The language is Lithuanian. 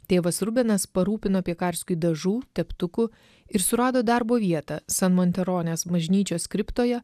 tėvas rubenas parūpino piekarskui dažų teptukų ir surado darbo vietą san monteronės bažnyčios kriptoje